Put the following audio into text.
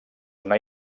una